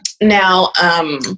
Now